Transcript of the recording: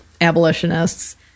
abolitionists